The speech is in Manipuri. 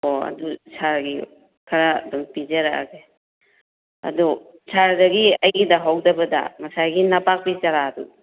ꯑꯣ ꯑꯗꯨ ꯁꯥꯔꯒꯤ ꯈꯔ ꯑꯗꯨꯝ ꯄꯤꯖꯔꯛꯑꯒꯦ ꯑꯗꯣ ꯁꯥꯔꯗꯒꯤ ꯑꯩꯒꯤꯗ ꯍꯧꯗꯕꯗ ꯉꯁꯥꯏꯒꯤ ꯅꯄꯥꯛꯄꯤ ꯆꯥꯔꯥꯗꯨ